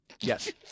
Yes